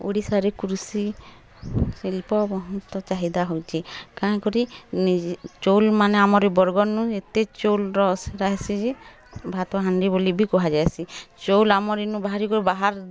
ଓଡ଼ିଶାରେ କୃଷି ଶିଳ୍ପ ବହୁତ୍ ଚାହିଦା ହଉଛି କାଏଁକରି ଚାଉଲ୍ମାନେ ଆମର୍ ଇ ବରଗଡ଼ନୁ ଏତେ ଚାଉଲ୍ର ସେଟା ହେସି ଯେ ଭାତହାଣ୍ଡି ବୋଲି ବି କୁହାଯାଏସି ଚାଉଲ୍ ଆମର୍ ଇନୁ ବାହାର୍